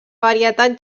varietat